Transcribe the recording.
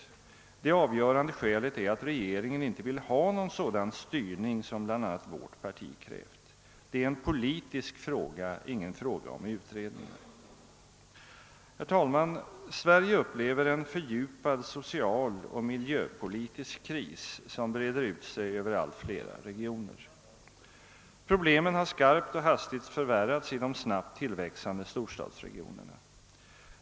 Nej, det avgörande skälet är att regeringen inte vill ha någon sådan styrning som bl.a. vårt parti krävt. Det är en politisk fråga, ingen fråga om utredningar. Herr talman! Sverige upplever en fördjupad social och miljöpolitisk kris som breder ut sig över allt flera regioner. Problemen har skarpt och hastigt fövärrats i de snabbt tillväxande storstadsregionerna.